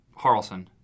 Harrelson